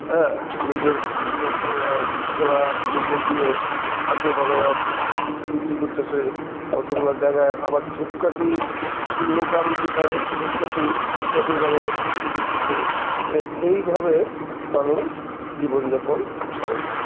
হ্যাঁ মিলে ছোলা মিলে দিয়ে ছাতু বানিয়ে বিক্রি করছে কতগুলো জায়গায় আবার ধূপকাঠি লোকাল যেটা ধূপকাটি ধূপকাটি মানে বিক্রি করতেছে এইভাবে মানুষ জীবনযাপন করছে